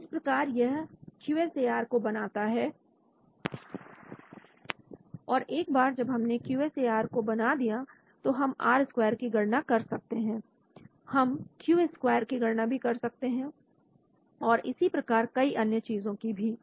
तो इस प्रकार यह क्यू एस ए आर को बनाता है और एक बार जब इसमें क्यू एस ए आर को बना दिया तो हम आर स्क्वायर की गणना कर सकते हैं हम क्यू स्क्वायर की गणना भी कर सकते हैं और इसी प्रकार कई अन्य चीजों को भी